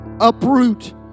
uproot